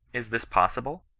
is this possible?